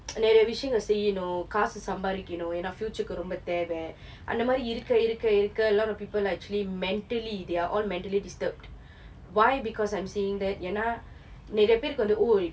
நிறைய விஷயங்கள் செய்யணும் காசு சம்பாதிக்கணும் ஏனா:niraya vishayangal seyyanum kaasu sambaathikkanum aenaa future க்கு ரொம்ப தேவை அந்த மாதிரி இருக்க இருக்க:kku romba thevai antha maathiri irukka irukka a lot of people are actually mentally they are all mentally disturbed why because I'm seeing that ஏனா நிறைய பேருக்கு வந்து:aenaa niraya paerukku vanthu oh